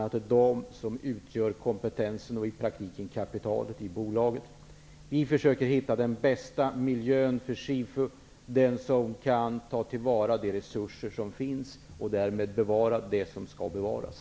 Det är ju personalen som utgör kompetensen och i praktiken kapitalet i bolaget. Vi försöker hitta den bästa miljön för SIFU -- en miljö där det är möjligt att ta till vara de resurser som finns och som därmed tillåter att det kan bevaras som skall bevaras.